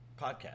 podcast